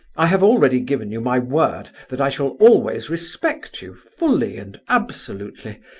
i have already given you my word that i shall always respect you fully and absolutely,